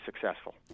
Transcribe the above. successful